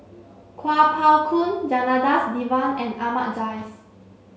Kuo Pao Kun Janadas Devan and Ahmad Jais